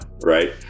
right